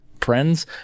friends